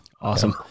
Awesome